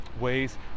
ways